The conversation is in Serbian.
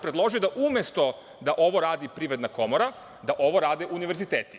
Predložio sam da, umesto da ovo radi Privredna komora, ovo rade univerziteti.